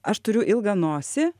aš turiu ilgą nosį